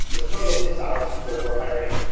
so it's a total of six hours people we're hiring.